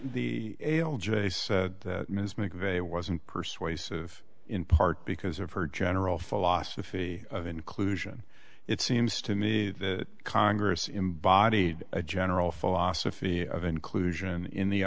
case ms mcveigh wasn't persuasive in part because of her general philosophy of inclusion it seems to me that congress embodied a general philosophy of inclusion in the